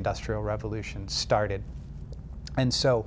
industrial revolution started and so